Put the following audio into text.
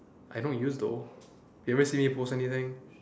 I don't use though you haven't seen me post anything